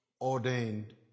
ordained